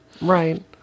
Right